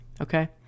Okay